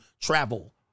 Travel